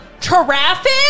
traffic